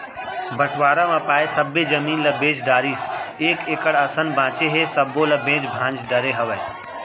बंटवारा म पाए सब्बे जमीन ल बेच डारिस एक एकड़ असन बांचे हे सब्बो ल बेंच भांज डरे हवय